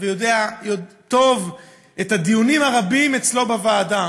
והוא יודע טוב מהדיונים הרבים אצלו בוועדה